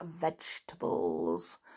vegetables